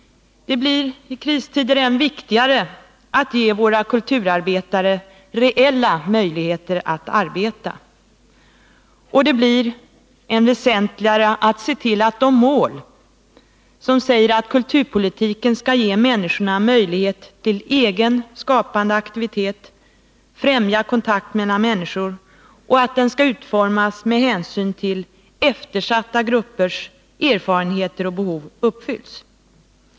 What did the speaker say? Det blir i kristider än viktigare att ge våra kulturarbetare reella möjligheter att arbeta. Och det blir än väsentligare att se till att de mål uppfylls som säger att kulturpolitiken skall ”ge människorna möjlighet till egen skapande aktivitet och främja kontakten mellan människor” och att den skall utformas ”med hänsyn till eftersatta gruppers erfarenheter och behov”.